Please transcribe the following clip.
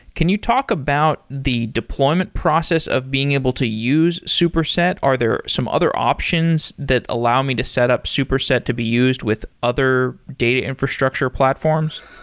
can you talk about the deployment process of being able to use superset? are there some other options that allow me to set up superset to be used with other data infrastructure platforms?